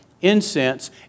incense